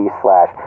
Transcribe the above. slash